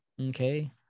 Okay